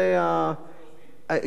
הסתדרות העובדים הלאומית, שזה עוד כמה?